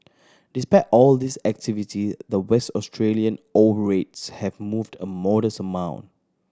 despite all this activity the West Australia ore rates have moved a modest amount